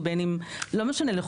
לא משנה,